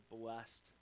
blessed